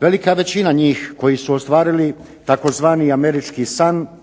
Velika većina njih koji su ostvarili tzv. "američki san"